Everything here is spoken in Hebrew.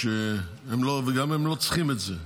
והם גם לא צריכים את זה.